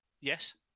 Yes